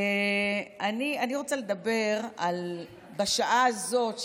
אני רוצה לדבר בשעה הזאת,